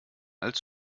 als